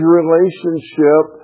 relationship